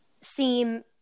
seem